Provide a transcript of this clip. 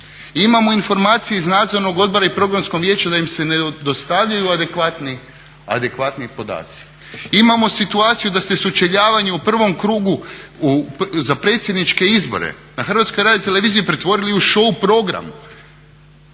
Imamo informacije i nadzornog odbora i Programskog vijeća da im se ne dostavljaju adekvatni podaci, imamo situaciju da ste sučeljavanje u prvom krugu za predsjedniče izbore na HRT-u pretvorili u show program